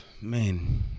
man